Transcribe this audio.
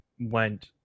went